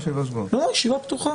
הישיבה פתוחה.